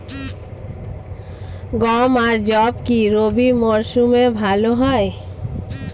গম আর যব কি রবি মরশুমে ভালো হয়?